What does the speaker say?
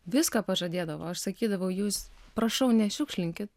viską pažadėdavo aš sakydavau jūs prašau nešiukšlinkit